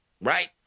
right